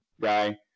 guy